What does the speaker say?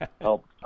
help